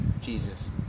jesus